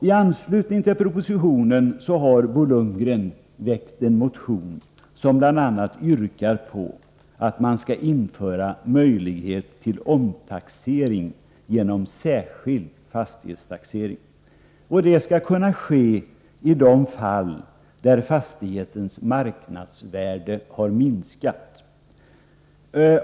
I anslutning till propositionen har Bo Lundgren väckt en motion i vilken bl.a. yrkas på att man skall införa möjligheter till omtaxering genom särskild fastighetstaxering. Detta skall kunna ske i de fall där fastighetens marknadsvärde har minskat.